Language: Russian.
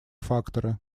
факторы